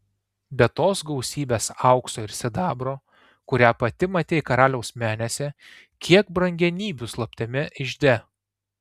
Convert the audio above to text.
be tos gausybės aukso ir sidabro kurią pati matei karaliaus menėse kiek brangenybių slaptame ižde